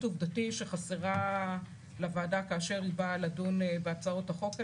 עובדתית שחסרים לוועדה כאשר היא באה לדון בהצעות החוק הללו.